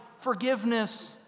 forgiveness